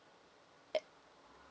ad~